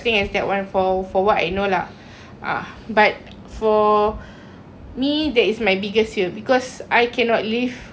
but for me that is my biggest fear because I cannot live with the fact that if you do cheat on me lah